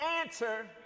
answer